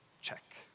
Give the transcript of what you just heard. Check